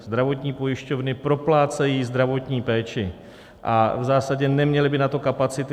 Zdravotní pojišťovny proplácejí zdravotní péči a v zásadě neměly by na to kapacity.